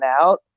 out